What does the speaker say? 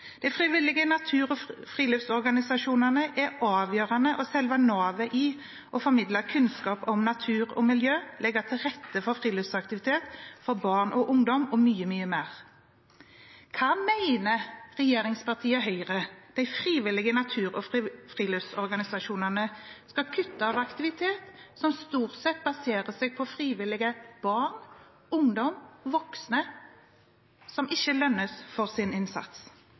De frivillige natur- og friluftsorganisasjonene er avgjørende og selve navet i det å formidle kunnskap om natur og miljø, legge til rette for friluftsaktiviteter for barn og ungdom og mye mer. Hva mener regjeringspartiet Høyre de frivillige natur- og friluftsorganisasjonene, som stort sett baserer seg på frivillige – barn, ungdom, voksne, som ikke lønnes for sin innsats